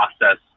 process